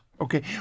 Okay